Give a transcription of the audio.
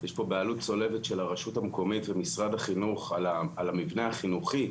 יש פה בעלות צולבת של הרשות המקומית ומשרד החינוך על המבנה החינוכי,